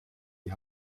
die